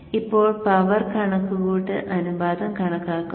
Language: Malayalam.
ഇപ്പോൾ പവർ കണക്കുകൂട്ടൽ അനുപാതം കണക്കാക്കുന്നു